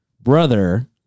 brother